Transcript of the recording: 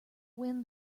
win